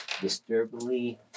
disturbingly